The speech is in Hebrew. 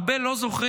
הרבה לא זוכרים,